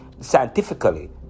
scientifically